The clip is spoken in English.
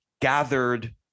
gathered